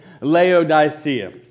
Laodicea